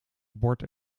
bord